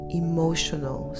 emotional